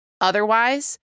otherwise